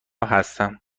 هستم